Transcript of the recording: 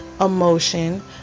emotion